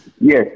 Yes